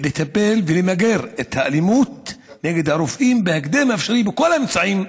לטפל ולמגר את האלימות נגד הרופאים בהקדם האפשרי בכל האמצעים,